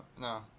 no